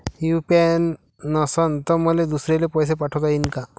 UPI नसल तर मले दुसऱ्याले पैसे पाठोता येईन का?